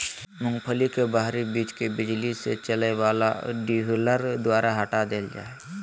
मूंगफली के बाहरी बीज के बिजली से चलय वला डीहुलर द्वारा हटा देल जा हइ